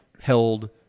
held